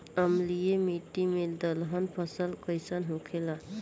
अम्लीय मिट्टी मे दलहन फसल कइसन होखेला?